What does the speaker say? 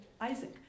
Isaac